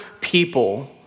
people